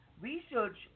research